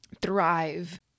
thrive